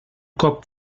cop